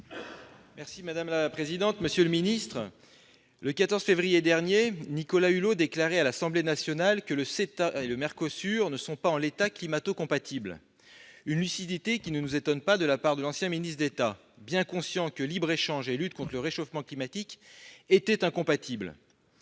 M. Guillaume Gontard. Monsieur le secrétaire d'État, le 14 février dernier, Nicolas Hulot déclarait à l'Assemblée nationale que le CETA et le Mercosur « ne sont pas en l'état climato-compatibles ». Cette lucidité ne nous étonne pas de la part de l'ancien ministre d'État, bien conscient que libre-échange et lutte contre le réchauffement climatique sont incompatibles.